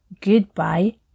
goodbye